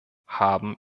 haben